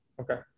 Okay